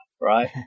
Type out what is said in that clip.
right